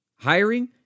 Hiring